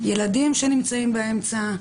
ילדים שנמצאים באמצע,